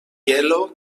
aielo